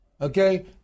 Okay